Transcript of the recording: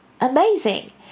amazing